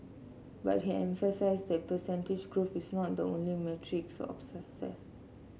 but he emphasised that percentage growth is not the only metric of success